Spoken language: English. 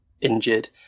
injured